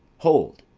hold!